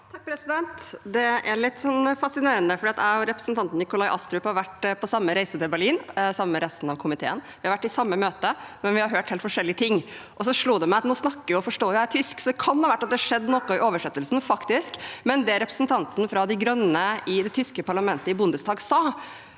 (MDG) Det er litt fascine- rende, for jeg og representanten Nikolai Astrup har vært på samme reise til Berlin sammen med resten av komiteen, vi har vært i det samme møtet, men vi har hørt helt forskjellige ting. Så slo det meg at nå snakker og forstår jo jeg tysk, så det kan ha vært at det faktisk skjedde noe i oversettelsen. Det representanten fra de grønne i det tyske parlamentet Bundestag sa